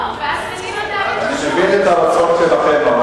אני מבין את הרצון שלכם,